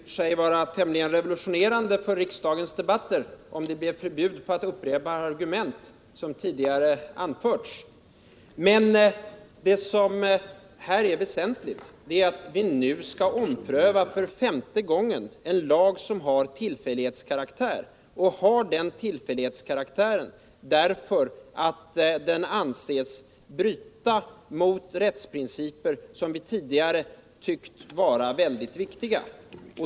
Herr talman! Det skulle i och för sig vara tämligen revolutionerande för riksdagens debatter om det blev förbud på att upprepa argument som tidigare anförts. Men det väsentliga är att vi nu för femte gången skall ompröva en lag som har tillfällighetskaraktär, just därför att den anses bryta mot de rättsprinciper som vi tidigare ansett vara mycket viktiga.